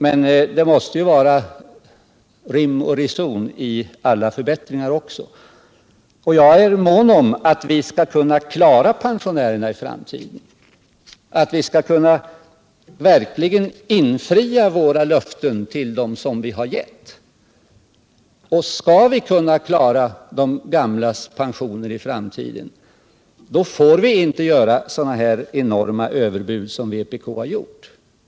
Men det måste ju vara rim och reson även i fråga om förbättringar. Jag är mån om att vi skall kunna klara pensionärerna i framtiden och att vi verkligen skall kunna infria de löften som vi har gett. Skall vi kunna klara de gamlas pensioner i framtiden, får vi inte göra sådana här enorma överbud.